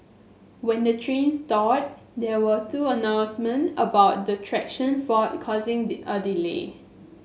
when the train stalled there were two announcement about the traction fault causing a delay